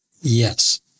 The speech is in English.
Yes